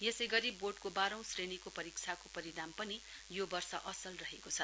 यसै गरी बोर्डको बाह्रौं श्रेणीको परीक्षाको परिणम पनि यो वर्ष असल रहेको छ